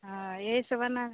हाँ यही स बना